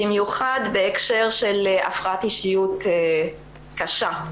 במיוחד בהקשר של הפרעת אישיות קשה.